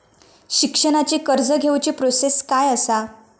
शिक्षणाची कर्ज घेऊची प्रोसेस काय असा?